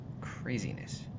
craziness